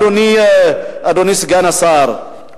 אדוני סגן השר,